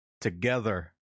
together